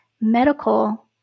medical